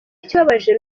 ikibabaje